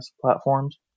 platforms